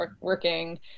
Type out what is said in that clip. working